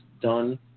done